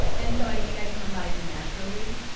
and so i think i come by it naturally.